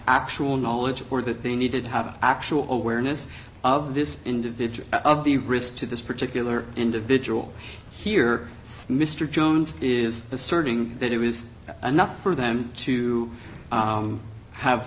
actual knowledge or that they needed to have an actual or where innes of this individual of the risk to this particular individual here mr jones is asserting that it was enough for them to have